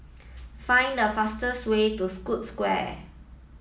find the fastest way to Scotts Square